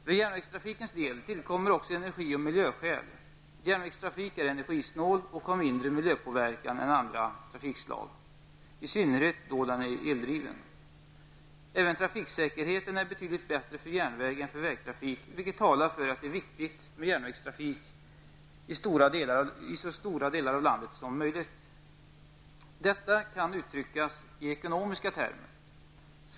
För järnvägstrafikens del tillkommer också energioch miljöskäl. Järnvägstrafik är energisnål och har mindre miljöpåverkan än andra trafikslag -- i synnerhet om den är eldriven. Även trafiksäkerheten är betydligt bättre för järnväg än för vägtrafik. Detta talar för att det är viktigt med järnvägstrafik i så stora delar av landet som möjligt. Detta kan uttryckas i ekonomiska termer.